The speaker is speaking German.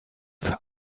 für